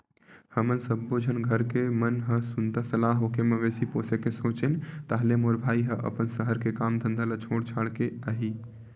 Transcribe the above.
हमन सब्बो झन घर के मन ह सुनता सलाह होके मवेशी पोसे के सोचेन ताहले मोर भाई ह अपन सहर के काम धंधा ल छोड़ छाड़ के आही